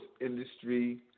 industry